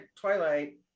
Twilight